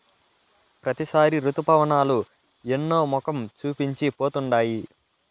ప్రతిసారి రుతుపవనాలు ఎన్నో మొఖం చూపించి పోతుండాయి